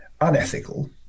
unethical